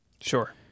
Sure